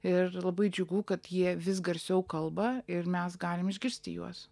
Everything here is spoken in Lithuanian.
ir labai džiugu kad jie vis garsiau kalba ir mes galim išgirsti juos